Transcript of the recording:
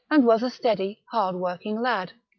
and was a steady, hard working lad.